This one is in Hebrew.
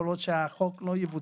כל עוד החוק לא מבוטל,